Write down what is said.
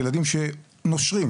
ילדים שנושרים,